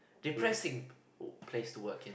depressing place to walk in